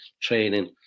training